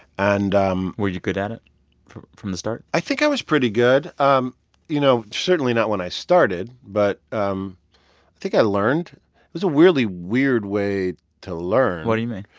and. um were you good at it from from the start? i think i was pretty good, um you know, certainly not when i started, but um i think i learned. it was a weirdly weird way to learn what do you mean?